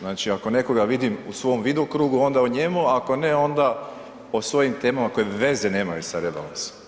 Znači ako nekoga vidim u svom vidokrugu onda o njemu, a ako ne onda o svojom temama koje veze nemaju sa rebalansom.